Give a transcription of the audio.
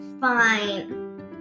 Fine